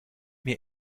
mir